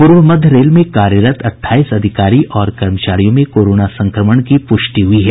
पूर्व मध्य रेल में कार्यरत अट्ठाईस अधिकारी और कर्मचारियों में कोरोना संक्रमण की पुष्टि हुई है